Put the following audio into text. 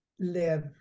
live